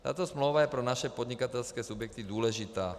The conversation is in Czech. Tato smlouva je pro naše podnikatelské subjekty důležitá.